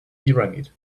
pyramid